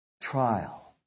trial